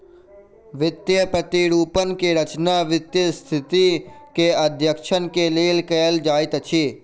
वित्तीय प्रतिरूपण के रचना वित्तीय स्थिति के अध्ययन के लेल कयल जाइत अछि